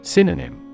Synonym